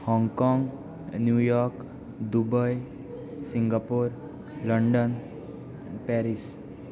Hong Kong New York Dubai Singapore London Paris